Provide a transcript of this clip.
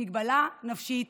מגבלה נפשית